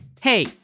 Hey